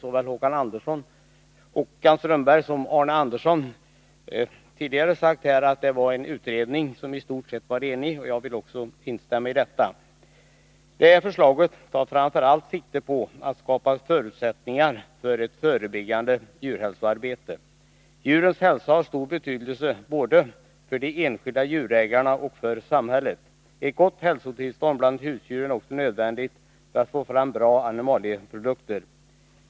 Såväl Håkan Strömberg som Arne Andersson i Ljung har ju tidigare sagt att den utredningen i stort sett var enig, och jag vill instämma i det. Förslaget tar framför allt sikte på att skapa förutsättningar för ett förebyggande djurhälsoarbete. Djurens hälsa har stor betydelse både för de enskilda djurägarna och för samhället. Ett gott hälsotillstånd bland husdjuren är också nödvändigt för att man skall få fram bra animalieprodukter.